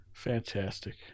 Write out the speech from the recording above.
Fantastic